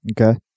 Okay